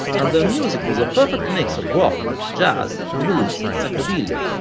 and their music was a perfect mix of rock, jazz, blues, psychedelia,